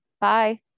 Bye